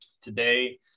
today